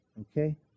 Okay